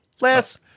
less